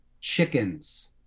chickens